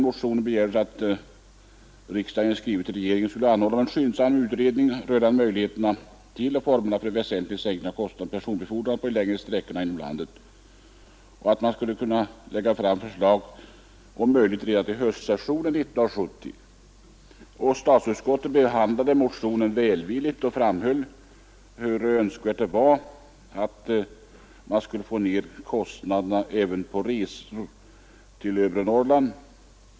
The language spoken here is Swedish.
I motionen begärdes att riksdagen i skrivelse till regeringen skulle anhålla om en skyndsam utredning rörande möjligheterna och formerna för en väsentlig sänkning av kostnaderna för personbefordran på de längre sträckorna inom landet och att förslag skulle framläggas redan till höstsessionen 1970. Statsutskottet behandlade motionen välvilligt och framhöll hur önskvärt det var att få ned kostnaderna även på resor till övre Norrland.